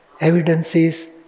evidences